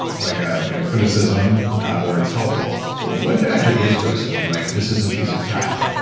like a you know criticism or it's helpful. what what if it actually is criticism, like this is a piece of crap?